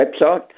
website